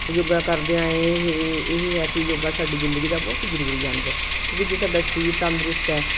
ਯੋਗਾ ਕਰਦਿਆਂ ਇਹ ਇਹ ਹੈ ਕਿ ਯੋਗਾ ਸਾਡੀ ਜ਼ਿੰਦਗੀ ਦਾ ਬਹੁਤ ਹੀ ਜ਼ਰੂਰੀ ਅੰਗ ਹੈ ਕਿਉਂਕਿ ਜੇ ਸਾਡਾ ਸਰੀਰ ਤੰਦਰੁਸਤ ਹੈ